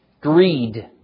greed